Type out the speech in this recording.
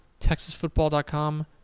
texasfootball.com